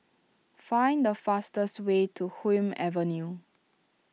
find the fastest way to Hume Avenue